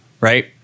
right